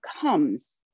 comes